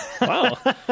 Wow